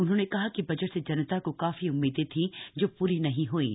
उन्होंने कहा कि बजट से जनता को काफी उम्मीदें थी जो पूरी नहीं हुईं